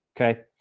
Okay